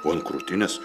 o ant krūtinės